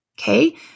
Okay